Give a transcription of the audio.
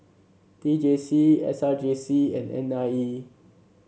T J C S R J C and N I E